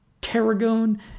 tarragon